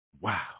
Wow